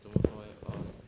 怎么说 eh um